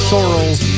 Sorrels